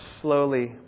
slowly